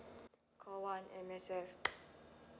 call one M_S_F